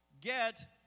get